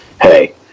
hey